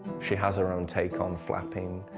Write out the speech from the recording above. she has her own take on flapping